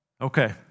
Okay